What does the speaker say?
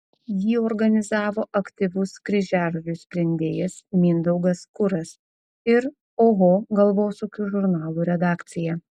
jį organizavo aktyvus kryžiažodžių sprendėjas mindaugas kuras ir oho galvosūkių žurnalų redakcija